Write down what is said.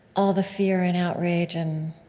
all the fear and outrage and